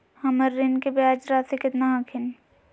हमर ऋण के ब्याज रासी केतना हखिन?